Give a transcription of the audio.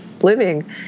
living